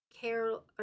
Carol